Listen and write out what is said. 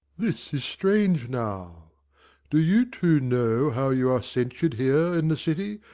this is strange now do you two know how you are censured here in the city,